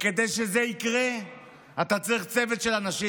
כדי שזה יקרה אתה צריך צוות של אנשים.